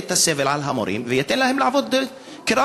את הסבל מעל המורים וייתן להם לעבוד כראוי?